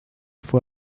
fue